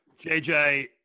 JJ